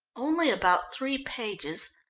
only about three pages,